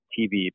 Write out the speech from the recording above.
TV